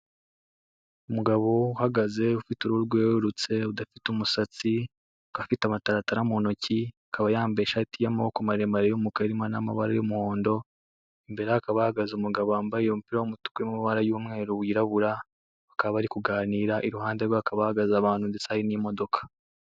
Umugabo uhagaze, ufite uruhu rwererutse, udafite umusatsi, akaba afite amataratara mu ntoki, akaba yambaye ishati y'amaboko maremre y'umukara irimo n'amabara y'umuhondo, imbere ye hakaba hahagaze umugabo wambaye umupira w'umutuku uri mo amabara y'umweru wirabura, bakaba bari kuganira, iruhande rwe hakaba hahagaze abantu ndetse hari n'imodoka.